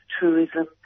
tourism